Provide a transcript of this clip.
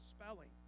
spelling